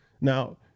Now